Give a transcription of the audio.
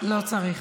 לא צריך.